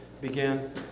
begin